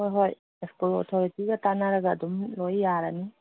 ꯍꯣꯏ ꯍꯣꯏ ꯁ꯭ꯀꯨꯜ ꯑꯣꯊꯣꯔꯤꯇꯤꯒ ꯇꯥꯟꯅꯔꯒ ꯑꯗꯨꯝ ꯂꯣꯏ ꯌꯥꯔꯅꯤ